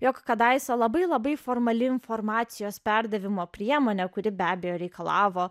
jog kadaise labai labai formali informacijos perdavimo priemonė kuri be abejo reikalavo